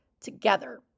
together